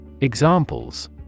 Examples